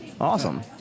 awesome